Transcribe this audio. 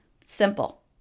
Simple